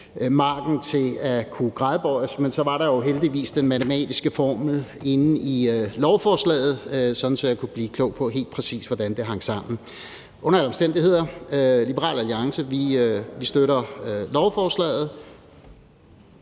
fald op til kan gradbøjes. Men så var der jo heldigvis den matematiske formel inde i lovforslaget, sådan at jeg kunne blive klog på, hvordan det helt præcis hang sammen. Under alle omstændigheder støtter Liberal Alliance lovforslaget.